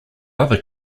other